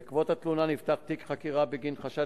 בעקבות התלונה נפתח תיק חקירה בגין חשד